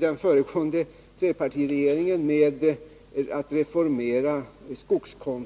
Den förra trepartiregeringen började med att reformera möjligheterna